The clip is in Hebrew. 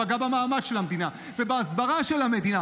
פגעה במעמד של המדינה ובהסברה של המדינה,